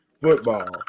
football